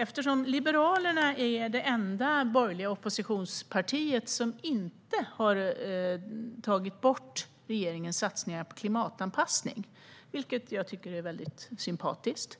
Eftersom Liberalerna är det enda borgerliga oppositionspartiet som inte vill ta bort regeringens satsningar på klimatanpassning, vilket jag tycker är mycket sympatiskt,